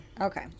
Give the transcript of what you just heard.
Okay